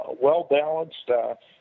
well-balanced